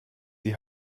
die